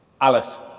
Alice